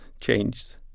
changed